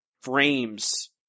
frames